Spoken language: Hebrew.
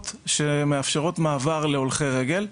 שמאפשרות מעבר להולכי רגל.